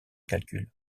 calcul